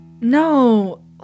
No